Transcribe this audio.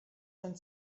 von